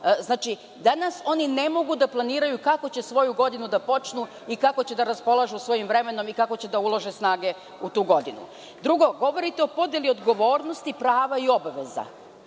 Znači, danas oni ne mogu da planiraju kako će svoju godinu da počnu i kako će da raspolažu svojim vremenom i kako će da ulože snage u tu godinu. Drugo, govorite o podeli odgovornosti prava i obaveza.